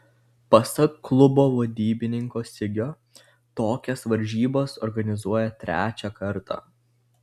pasak klubo vadybininko sigio tokias varžybas organizuoja trečią kartą